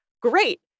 Great